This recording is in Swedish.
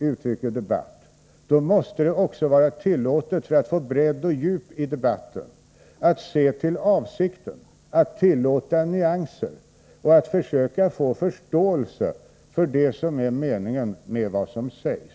att kallas så, då måste det också vara viktigt — för att få bredd och djup i debatten — att se till avsikten, tillåta nyanser och att försöka förstå vad som är meningen med vad som sägs.